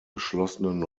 geschlossenen